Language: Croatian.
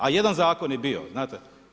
A jedan zakon je bio znate.